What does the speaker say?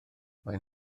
maen